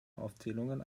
aufzählungen